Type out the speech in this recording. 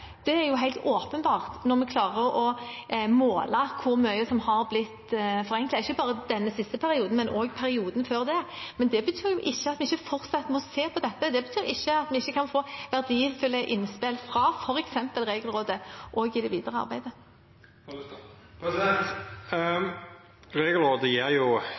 er helt åpenbart når vi klarer å måle hvor mye som har blitt gjort, ikke bare denne siste perioden, men også perioden før. Men det betyr ikke at vi ikke fortsatt må se på dette. Det betyr ikke at vi ikke kan få verdifulle innspill fra f.eks. Regelrådet også i det videre arbeidet. Regelrådet gjev jo